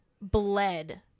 bled